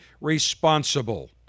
responsible